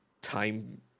time